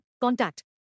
contact